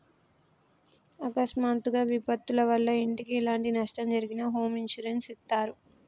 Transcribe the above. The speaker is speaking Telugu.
అకస్మాత్తుగా విపత్తుల వల్ల ఇంటికి ఎలాంటి నష్టం జరిగినా హోమ్ ఇన్సూరెన్స్ ఇత్తారు